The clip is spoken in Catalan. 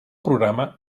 programa